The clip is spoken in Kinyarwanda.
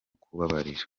kubabarira